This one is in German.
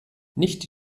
nicht